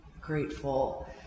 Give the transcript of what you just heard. grateful